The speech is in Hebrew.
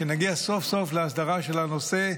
נגיע סוף-סוף להסדרה של הנושא,